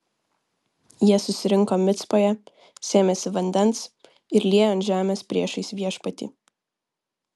jie susirinko micpoje sėmėsi vandens ir liejo ant žemės priešais viešpatį